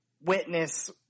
witness